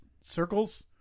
circles